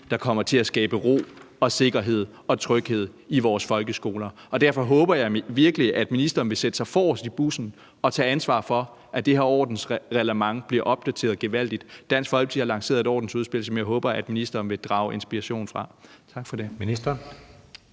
der kommer til at skabe ro og sikkerhed og tryghed i vores folkeskoler. Derfor håber jeg virkelig, at ministeren vil sætte sig forrest i bussen og tage ansvar for, at det her ordensreglement bliver opdateret gevaldigt. Dansk Folkeparti har lanceret et ordensudspil, som jeg håber at ministeren vil drage inspiration fra. Tak for det.